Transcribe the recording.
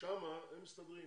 שם הם מסתדרים.